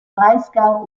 breisgau